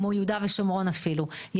כמו יהודה ושומרון אפילו,